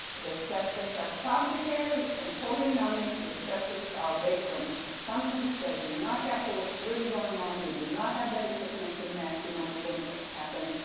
the stress tests are complicated and totally numbing. the stress tests are based on assumptions that do not capture what's really going on. we do not have that interconnected map to know what's going to happen.